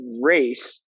race